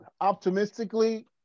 optimistically